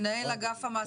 מנהל אגף המעסיקים.